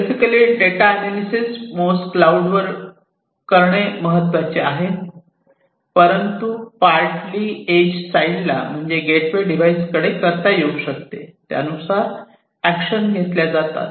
basically data analysis mostly cloud वर करणे महत्त्वाचे आहे परंतु पार्टली एज साईडला म्हणजे गेटवे डिवाइस कडे करता येऊ शकते त्यानुसार ऍक्शन घेतल्या जातात